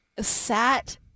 sat